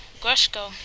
Grushko